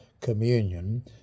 Communion